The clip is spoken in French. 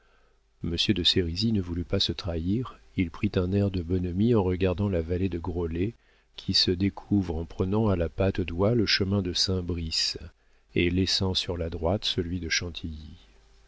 monsieur de sérisy ne voulut pas se trahir il prit un air de bonhomie en regardant la vallée de groslay qui se découvre en prenant à la patte doie le chemin de saint brice et laissant sur la droite celui de chantilly